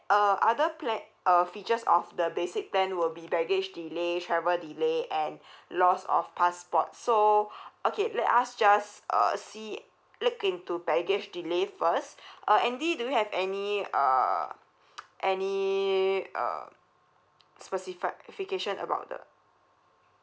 uh other pla~ uh features of the basic plan will be baggage delay travel delay and loss of passport so okay let us just uh see look into baggage delay first uh andy do you have any uh any uh specified specification about the